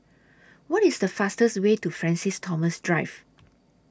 What IS The fastest Way to Francis Thomas Drive